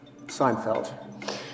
Seinfeld